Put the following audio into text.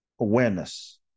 awareness